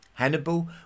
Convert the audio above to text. Hannibal